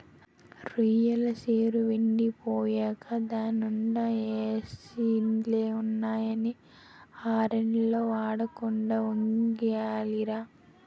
రొయ్యెల సెరువెండి పోయేకా దాన్నీండా యాసిడ్లే ఉన్నాయని ఆర్నెల్లు వాడకుండా వొగ్గియాలిరా